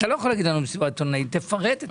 תפרט,